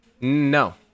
No